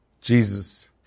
Jesus